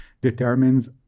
determines